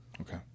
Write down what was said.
okay